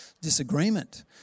disagreement